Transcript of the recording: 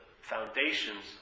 foundations